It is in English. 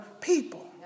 people